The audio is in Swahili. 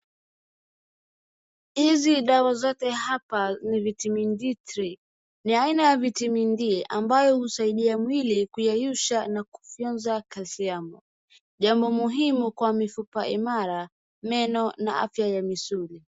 Hizi dawa zote hapa ni vitamin D3 . Ni aina ya vitamin D ambayo husaidia mwili kuyayusha na kufyonza kalsiamu. Jambo muhimu kwa mifupa imara, meno na afya ya misuli.